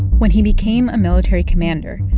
when he became a military commander,